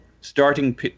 starting